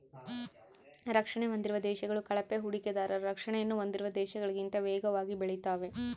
ರಕ್ಷಣೆ ಹೊಂದಿರುವ ದೇಶಗಳು ಕಳಪೆ ಹೂಡಿಕೆದಾರರ ರಕ್ಷಣೆಯನ್ನು ಹೊಂದಿರುವ ದೇಶಗಳಿಗಿಂತ ವೇಗವಾಗಿ ಬೆಳೆತಾವೆ